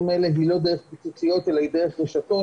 האלה היא לא דרך פיצוציות אלא דרך רשתות